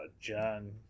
John